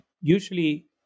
usually